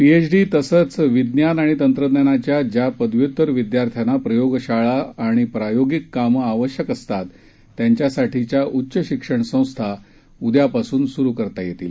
PhD तसंच विज्ञान आणि तंत्रज्ञानाच्या ज्या पदव्य्तर विद्यार्थ्यांना प्रयोगशाळा आणि प्रायोगिक कामं आवश्यक असतात त्यांच्यासाठीच्या उच्च शिक्षण संस्था उदयापासून सुरु करता येतील